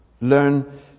Learn